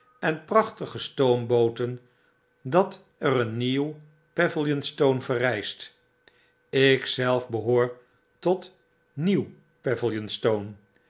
en prachtige stoombooten dat er een nieuw pavilionstone verriist ik zelf behoor tot nieuw